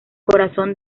corazón